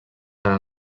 tant